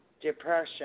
depression